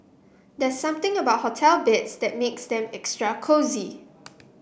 there's something about hotel beds that makes them extra cosy